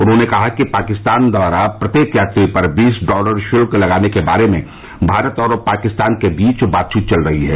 उन्होंने कहा कि पाकिस्तान द्वारा प्रत्येक यात्री पर बीस डॉलर शुल्क लगाने के बारे में भारत और पाकिस्तान के बीच बातचीत चल रही है